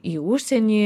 į užsienį